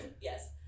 yes